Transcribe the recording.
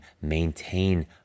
maintain